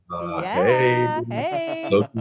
Hey